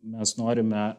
mes norime